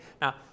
Now